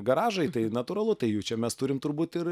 garažai tai natūralu tai jų čia mes turim turbūt ir